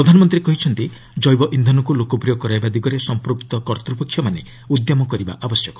ପ୍ରଧାନମନ୍ତ୍ରୀ କହିଛନ୍ତି ଜୈବ ଇନ୍ଧନକୁ ଲୋକପ୍ରିୟ କରାଇବା ଦିଗରେ ସମ୍ପୃକ୍ତ କର୍ତ୍ତ୍ୱପକ୍ଷମାନେ ଉଦ୍ୟମ କରିବା ଆବଶ୍ୟକ